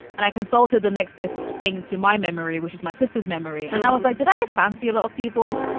and i consulted the next best thing to my memory, which is my sister's memory. and i was like, did i fancy a lot of people?